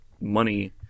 money